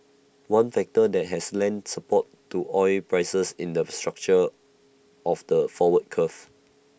one factor that has lent support to oil prices in the structure of the forward curve